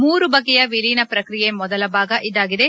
ಮೂರು ಬಗೆಯ ವಿಲೀನ ಪ್ರಕ್ರಿಯೆಯ ಮೊದಲ ಭಾಗ ಇದಾಗಿದೆ